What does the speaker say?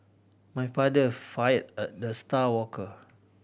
my father fired a the star worker